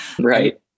Right